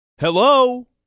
Hello